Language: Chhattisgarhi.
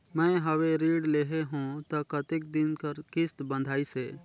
मैं हवे ऋण लेहे हों त कतेक दिन कर किस्त बंधाइस हे?